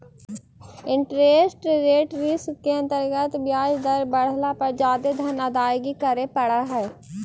interest rate risk के अंतर्गत ब्याज दर बढ़ला पर जादे धन अदायगी करे पड़ऽ हई